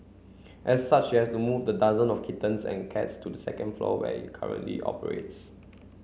as such she had to move the dozen of kittens and cats to the second floor where it currently operates